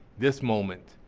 this moment,